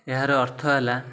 ଏହାର ଅର୍ଥ ହେଲା